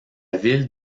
ville